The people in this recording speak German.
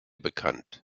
bekannt